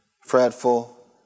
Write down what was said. fretful